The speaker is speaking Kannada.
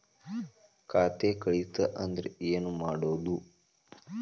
ಖಾತೆ ಕಳಿತ ಅಂದ್ರೆ ಏನು ಮಾಡೋದು?